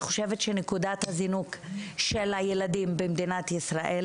אני חושבת שנקודת הזינוק של הילדים במדינת ישראל,